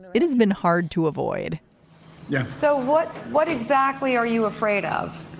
it has been hard to avoid yeah, so what? what exactly are you afraid of?